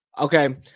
Okay